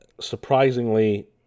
Surprisingly